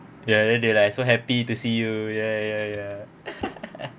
ya they like so happy to see you ya ya ya ya ya